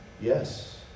Yes